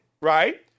right